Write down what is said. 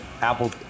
Apple